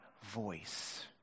voice